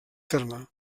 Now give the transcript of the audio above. terme